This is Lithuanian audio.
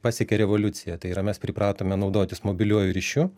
pasiekė revoliuciją tai yra mes pripratome naudotis mobiliuoju ryšiu